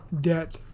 debt